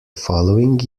following